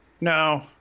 No